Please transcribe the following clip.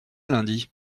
lundi